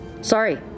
Sorry